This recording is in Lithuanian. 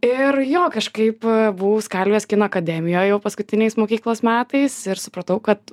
ir jo kažkaip buvau skalvijos kino akademijoj jau paskutiniais mokyklos metais ir supratau kad